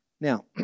Now